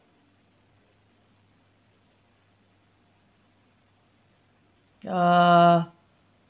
uh